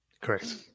Correct